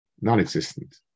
non-existent